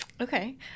Okay